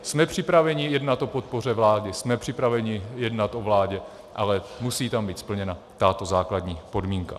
Jsme připraveni jednat o podpoře vlády, jsme připraveni jednat o vládě, ale musí tam být splněna tato základní podmínka.